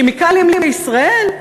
"כימיקלים לישראל",